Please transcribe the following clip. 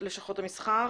שיש.